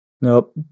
Nope